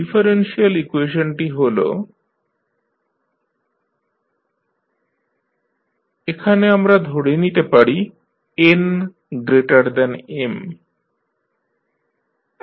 differential ইকুয়েশনটি হল dnydtnan 1dn 1ydtn 1a1dytdta0ytbmdmutdtmbm 1dm 1utdtm 1b1dutdtb0ut এখানে আমরা ধরে নিতে পারি যে n m